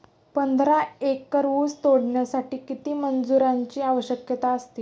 पंधरा एकर ऊस तोडण्यासाठी किती मजुरांची आवश्यकता लागेल?